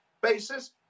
basis